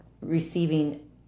receiving